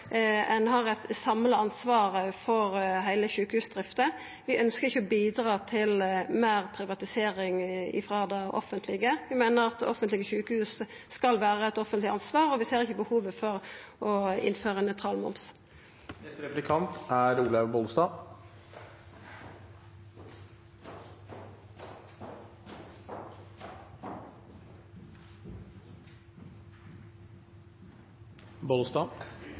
ein har eit samla ansvar for heile sjukehusdrifta. Vi ønskjer ikkje å bidra til meir privatisering av det offentlege. Vi meiner at offentlege sjukehus skal vera eit offentleg ansvar. Vi ser ikkje behovet for å innføra nøytral moms.